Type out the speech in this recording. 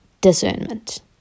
discernment